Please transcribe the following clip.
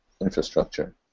infrastructure